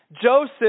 Joseph